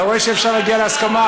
אתה רואה שאפשר להגיע להסכמה?